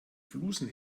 flusen